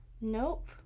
Nope